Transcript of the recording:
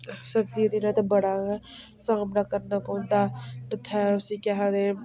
सर्दियें दे दिने ते बड़ा गै सामना करना पौंदा ऐ उत्थें उसी केह् आखदे